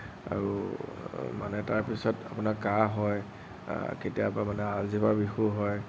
আৰু মানে তাৰপিছত আপোনাৰ কাঁহ হয় কেতিয়াবা মানে আলজিভা বিষো হয়